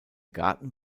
garten